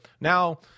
now